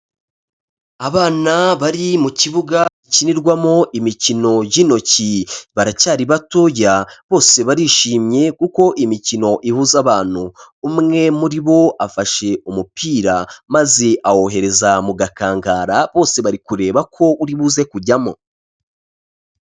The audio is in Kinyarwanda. Abana bari mu kibuga gikinirwamo imikino y'intoki baracyari batoya bose barishimye kuko imikino ihuza abantu, umwe muri bo afashe umupira maze awohereza mu gakangara bose bari kureba ko uri buze kujyamo.